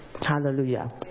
hallelujah